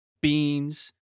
beans